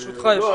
לא,